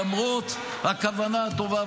למרות הכוונה הטובה,